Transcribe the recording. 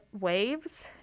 Waves